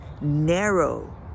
narrow